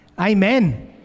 amen